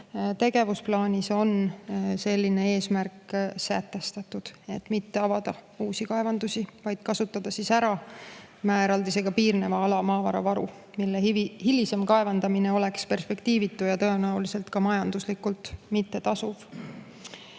tegevusplaanis on selline eesmärk sätestatud, et mitte avada uusi kaevandusi, vaid kasutada ära mäeeraldisega piirneva ala maavara varu, mille hilisem kaevandamine oleks perspektiivitu ja tõenäoliselt ka majanduslikult mittetasuv. Mõju